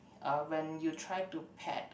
uh when you try to pet